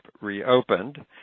reopened